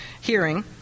hearing